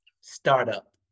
startup